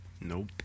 Nope